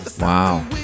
wow